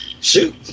shoot